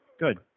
Good